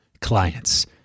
clients